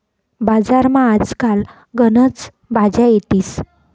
बजारमा आज काल गनच भाज्या येतीस